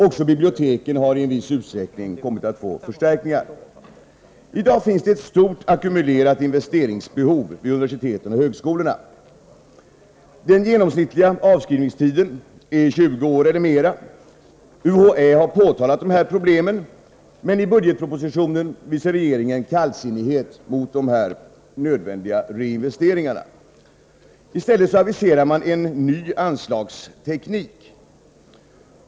Också biblioteken har i viss utsträckning kommit att få förstärkningar. I dag finns ett stort ackumulerat investeringsbehov vid universiteten och högskolorna. Den genomsnittliga avskrivningstiden är 20 år eller mera. UHÄ har påtalat problemen, men i budgetpropositionen visar regeringen kallsinnighet gentemot dessa nödvändiga reinvesteringar. I stället aviserar regeringen en ny anslagsteknik.